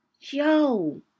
Yo